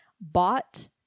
bought